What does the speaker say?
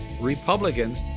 Republicans